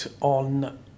on